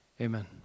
Amen